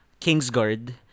Kingsguard